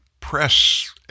press